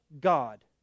God